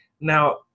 Now